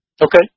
Okay